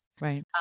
right